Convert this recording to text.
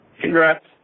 congrats